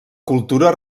cultura